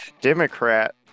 Democrat